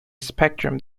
spectrum